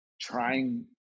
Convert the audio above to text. trying